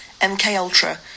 MKUltra